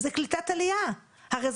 חשוב להשקיע במחנות פליטים מכובדים,